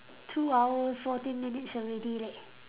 two hours forty minutes already leh